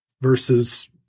Versus